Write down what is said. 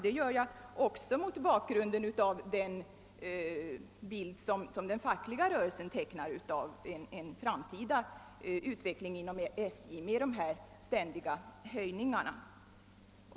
Det gör jag mot bakgrunden av den bild som man inom den fackliga rörelsen tecknar av en framtida utveckling inom SJ med ständiga taxehöjningar.